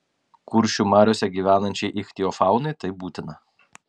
kuršių mariose gyvenančiai ichtiofaunai tai būtina